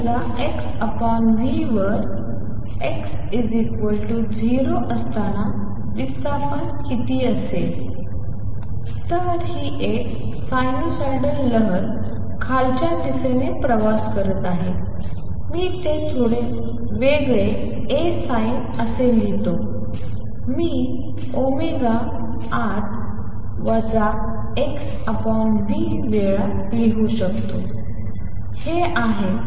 वर x 0 असताना विस्थापन किती असेल तर ही एक सायनुसायडल लहर खालच्या दिशेने प्रवास करत आहे मी ते थोडे वेगळे A sin लिहू शकतो मी ω आत x v वेळा घेऊ शकतो